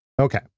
Okay